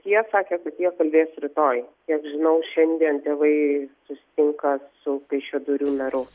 jie sakė kad jie kalbės rytoj kiek žinau šiandien tėvai susitinka su kaišiadorių meru